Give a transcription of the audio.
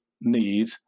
need